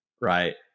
right